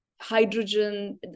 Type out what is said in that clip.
hydrogen